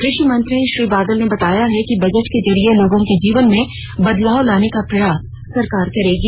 कृषि मंत्री श्री बादल ने बताया है कि बजट के जरिये लोगों के जीवन में बदलाव लाने का प्रयास सरकार करेगी